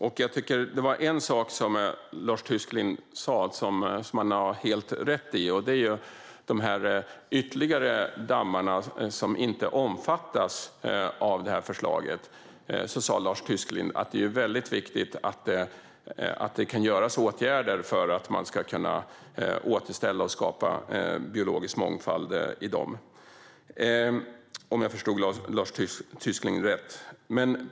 En sak som Lars Tysklind sa, som handlar om de ytterligare dammar som inte omfattas av förslaget, har han helt rätt i. Om jag förstod Lars Tysklind rätt sa han att det är väldigt viktigt att åtgärder kan vidtas för att man ska kunna återställa och skapa biologisk mångfald i dessa dammar.